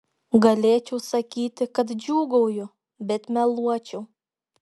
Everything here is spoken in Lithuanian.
galėčiau sakyti kad džiūgauju bet meluočiau